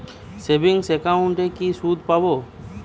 Savings একাউন্টে কি সুদ পাব?